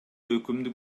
өкүмдү